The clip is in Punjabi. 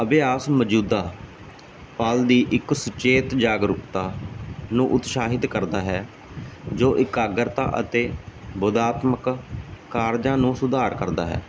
ਅਭਿਆਸ ਮੌਜੂਦਾ ਪਾਲ ਦੀ ਇੱਕ ਸੁਚੇਤ ਜਾਗਰੂਕਤਾ ਨੂੰ ਉਤਸ਼ਾਹਿਤ ਕਰਦਾ ਹੈ ਜੋ ਇਕਾਗਰਤਾ ਅਤੇ ਬੋਦਾਤਮਕ ਕਾਰਜਾਂ ਨੂੰ ਸੁਧਾਰ ਕਰਦਾ ਹੈ